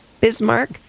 Bismarck